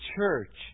church